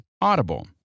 Audible